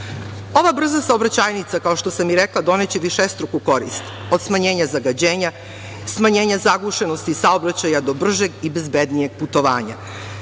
brza saobraćajnica, kao što sam i rekla, doneće višestruku korist, od smanjenja zagađenja, smanjenja zagušenosti saobraćaja, do bržeg i bezbednijeg putovanja.